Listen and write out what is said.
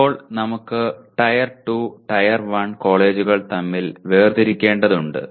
ഇപ്പോൾ നമുക്ക് tier 2 tier 1 കോളേജുകൾ തമ്മിൽ വേർതിരിക്കേണ്ടതുണ്ട്